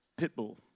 Pitbull